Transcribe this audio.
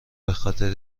خاطر